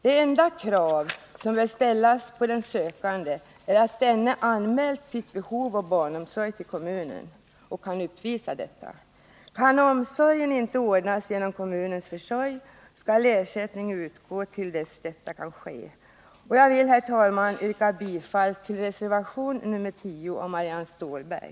Det enda krav som bör ställas på den sökande är att denne anmält sitt behov av barnomsorg till kommunen och kan påvisa detta. Kan omsorgen inte ordnas genom kommunens försorg skall ersättning utgå till dess detta kan ske. Jag vill, herr talman, yrka bifall till reservation nr 10 av Marianne Stålberg.